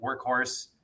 workhorse